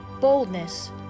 boldness